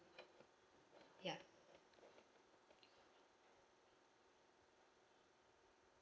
ya